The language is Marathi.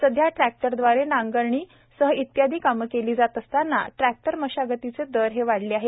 सध्या ट्रॅक्टरव्दारा नागरणी सह इतर कामे केल्या जात असतांना ट्रॅक्टर मशागतीचे दर हे वाढले आहेत